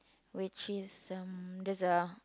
which is um there's a